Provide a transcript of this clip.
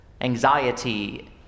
anxiety